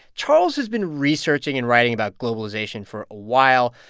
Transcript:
charles has been researching and writing about globalization for a while,